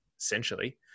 essentially